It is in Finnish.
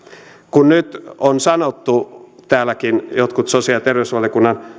kun nyt on sanottu täälläkin sosiaali ja terveysvaliokunnan